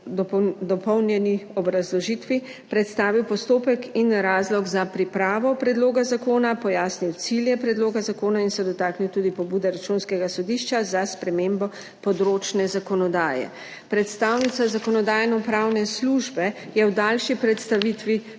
dopolnjeni obrazložitvi predstavil postopek in razlog za pripravo predloga zakona, pojasnil cilje predloga zakona in se dotaknil tudi pobude Računskega sodišča za spremembo področne zakonodaje. Predstavnica Zakonodajno-pravne službe je v daljši predstavitvi